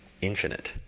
infinite